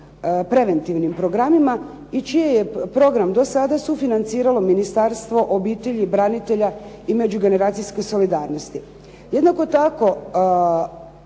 preventivnim programima i čiji je program do sada sufinanciralo Ministarstvo obitelji, branitelja i međugeneracijske solidarnosti. Jednako tako